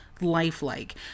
lifelike